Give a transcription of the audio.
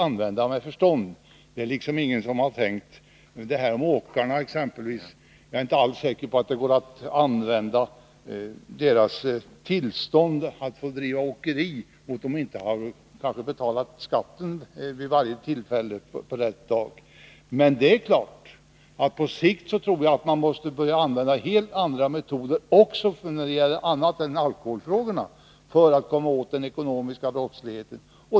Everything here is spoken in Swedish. Ingen har heller tänkt sig att en sådan här ordning skulle gälla också för exempelvis åkarna, som nämndes här. Deras tillstånd att bedriva åkeri kan man ju inte dra in bara för att de inte vid varje tillfälle har betalat in skatten i tid. Men det är klart att man på sikt troligen måste börja använda helt andra metoder också när det gäller annat än alkoholfrågorna för att komma åt den ekonomiska brottsligheten.